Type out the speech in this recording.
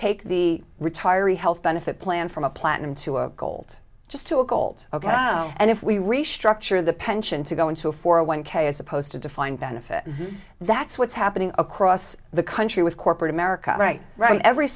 take the retiree health benefit plan from a plan into a gold just to uphold ok and if we restructure the pension to go into a four a one k as opposed to defined benefit that's what's happening across the country with corporate america right right every